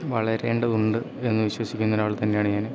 വളരേണ്ടതുണ്ട് എന്നു വിശ്വസിക്കുന്നൊരാൾ തന്നെയാണ് ഞാൻ